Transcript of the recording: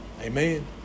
Amen